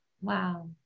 Wow